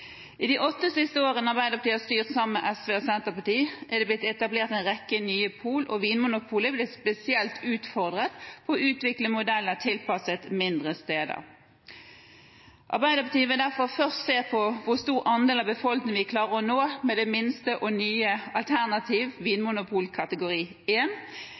I de åtte siste årene som Arbeiderpartiet har styrt sammen med SV og Senterpartiet, ble det etablert en rekke nye pol. Vinmonopolet ble spesielt utfordret på å utvikle modeller tilpasset mindre steder. Arbeiderpartiet vil derfor først se på hvor stor andel av befolkningen vi klarer å nå med det minste og nye